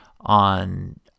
on